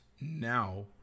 now